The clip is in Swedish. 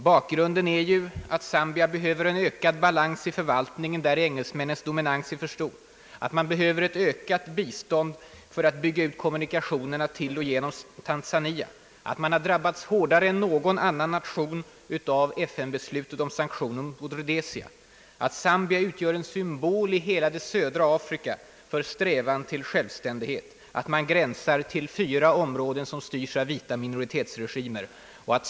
Bakgrunden är ju att Zambia behöver en ökad balans i förvaltningen, där engelsmännens dominans är alltför stor, att man behöver ett ökat bistånd för att bygga ut kommunikationerna till och genom Tanzania, att man drabbats hårdare än någon annan nation av FN-beslutet om sanktioner mot Rhodesia, att Zambia är en symbol i hela det södra Afrika för strävan till självständighet, att Zambia gränsar till fyra områden som styrs av vita minoritetsregimer.